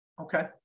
Okay